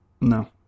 No